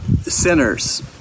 sinners